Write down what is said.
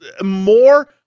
more